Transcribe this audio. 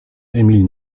emil